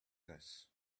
this